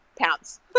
pounce